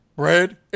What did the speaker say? Bread